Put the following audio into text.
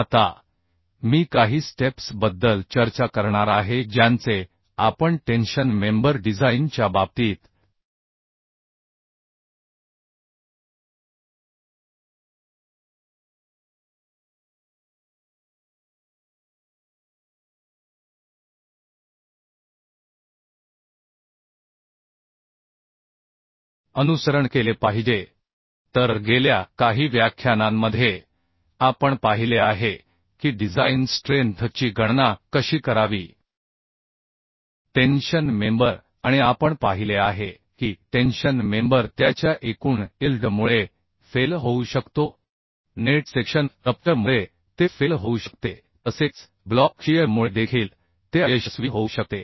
आता मी काही स्टेप्स बद्दल चर्चा करणार आहे ज्यांचे आपण टेन्शन मेंबर डिझाइन च्या बाबतीत अनुसरण केले पाहिजे तर गेल्या काही व्याख्यानांमध्ये आपण पाहिले आहे की डिझाइन स्ट्रेंथ ची गणना कशी करावी टेन्शन मेंबर आणि आपण पाहिले आहे की टेन्शन मेंबर त्याच्या एकूण इल्ड मुळे फेल होऊ शकतो नेट सेक्शन रप्चर मुळे ते फेल होऊ शकते तसेच ब्लॉक शीअरमुळे देखील ते अयशस्वी होऊ शकते